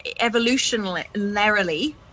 evolutionarily